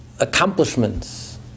accomplishments